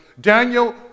Daniel